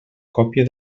còpia